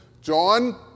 John